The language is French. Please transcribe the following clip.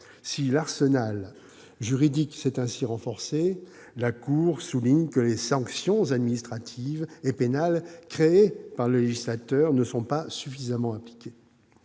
Si l'arsenal juridique s'est ainsi renforcé, la Cour des comptes souligne que les sanctions administratives et pénales créées par le législateur ne sont pas suffisamment appliquées.